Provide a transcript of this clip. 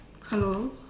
hello